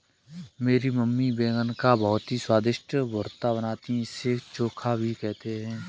मेरी मम्मी बैगन का बहुत ही स्वादिष्ट भुर्ता बनाती है इसे चोखा भी कहते हैं